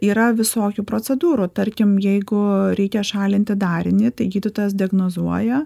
yra visokių procedūrų tarkim jeigu reikia šalinti darinį tai gydytojas diagnozuoja